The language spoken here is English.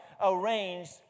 arranged